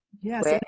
yes